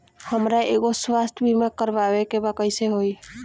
हमरा एगो स्वास्थ्य बीमा करवाए के बा कइसे होई?